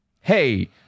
hey